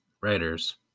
writers